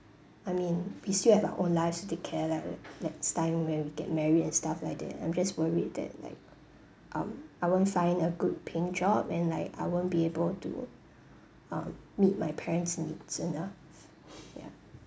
I mean we still have our own lives to care like next time when we get married and stuff like that I'm just worried that like um I won't find a good paying job and like I won't be able to um meet my parents' needs enough ya